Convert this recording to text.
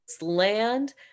land